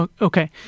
okay